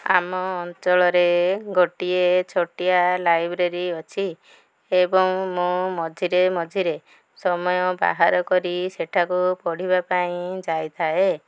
ଆମ ଅଞ୍ଚଳରେ ଗୋଟିଏ ଛୋଟିଆ ଲାଇବ୍ରେରୀ ଅଛି ଏବଂ ମୁଁ ମଝିରେ ମଝିରେ ସମୟ ବାହାର କରି ସେଇଠାକୁ ପଢ଼ିବା ପାଇଁ ଯାଇଥାଏ